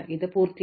ഇത് പൂർത്തിയായി